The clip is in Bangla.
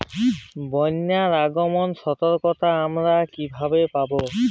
বন্যার আগাম সতর্কতা আমরা কিভাবে পাবো?